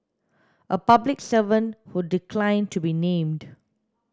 a public servant who declined to be named